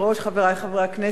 חברי חברי הכנסת,